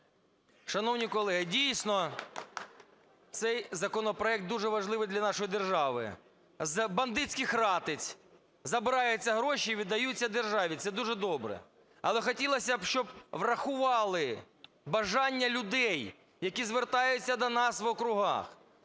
Шановні колеги, дійсно, цей законопроект дуже важливий для нашої держави. З бандитських ратиць забираються гроші і віддаються державі. Це дуже добре. Але хотілося б, щоб врахували бажання людей, які звертаються до нас в округах.